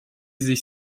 sich